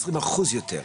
עשרים אחוז יותר.